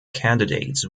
candidates